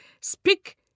speak